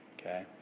okay